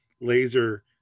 laser